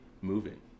moving